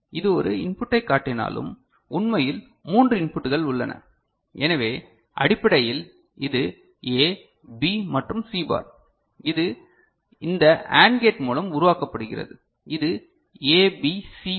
இது ஒரு இன்புட்டை காட்டினாலும் உண்மையில் மூன்று இன்புட்கள் உள்ளன எனவே அடிப்படையில் இது ஏ பி மற்றும் சி பார் இது இந்த AND கேட் மூலம் உருவாக்கப்படுகிறது இது ஏபிசி பார்